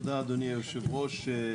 תודה אדוני יושב הראש.